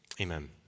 Amen